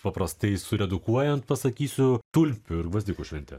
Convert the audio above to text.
paprastai suredukuojant pasakysiu tulpių ir gvazdikų švente